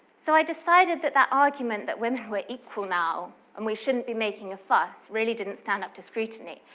so i decided that that argument that women were equal now and we shouldn't be making a fuss, really didn't stand up to scrutiny.